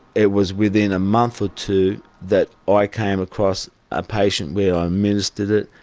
it was within a month or two that i came across a patient where i administered it,